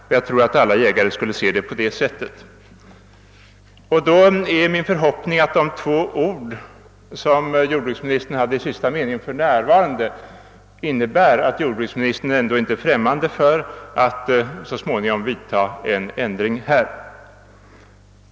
Och jag tror att alla jägare skulle se saken på det sättet. Det är därför min förhoppning att orden »för närvarande» i sista meningen av jordbruksministerns svar innebär att han i alla fall inte är främmande för tanken att så småningom göra en ändring här.